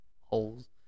holes